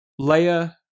Leia